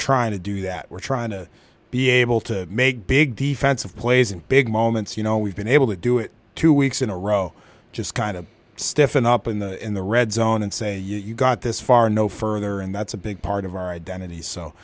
trying to do that we're trying to be able to make big defensive plays and big moments you know we've been able to do it two weeks in a row just kind of stiffen up in the in the red zone and say you got this far no further and that's a big part of our identity so